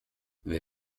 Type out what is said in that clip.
wer